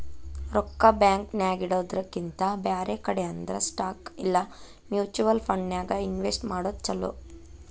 ರೊಕ್ಕಾ ಬ್ಯಾಂಕ್ ನ್ಯಾಗಿಡೊದ್ರಕಿಂತಾ ಬ್ಯಾರೆ ಕಡೆ ಅಂದ್ರ ಸ್ಟಾಕ್ ಇಲಾ ಮ್ಯುಚುವಲ್ ಫಂಡನ್ಯಾಗ್ ಇನ್ವೆಸ್ಟ್ ಮಾಡೊದ್ ಛಲೊ